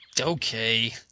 Okay